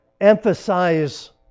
emphasize